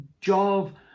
job